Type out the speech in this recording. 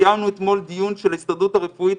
קיימנו אתמול דיון של ההסתדרות הרפואית,